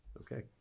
Okay